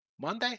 Monday